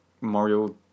Mario